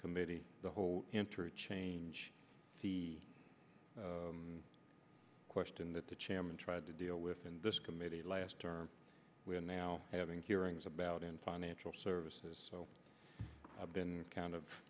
committee the whole interchange the question that the chairman tried to deal with in this committee last term we are now having hearings about in financial services so i've been kind of